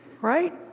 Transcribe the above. Right